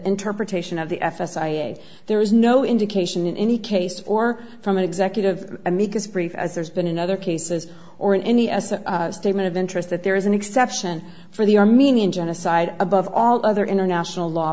interpretation of the f s a there is no indication in any case or from an executive amicus brief as there's been in other cases or in any as a statement of interest that there is an exception for the armenian genocide above all other international law